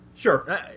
Sure